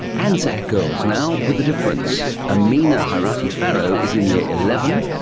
anzac girls now, with a difference. amina harati-farrow is in year eleven,